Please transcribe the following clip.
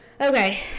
Okay